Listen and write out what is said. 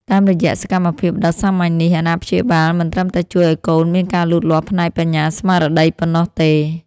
តាមរយៈសកម្មភាពដ៏សាមញ្ញនេះ អាណាព្យាបាលមិនត្រឹមតែជួយឱ្យកូនមានការលូតលាស់ផ្នែកបញ្ញាស្មារតីប៉ុណ្ណោះទេ